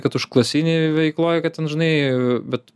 kad užklasinėj veikloj kad ten žinai bet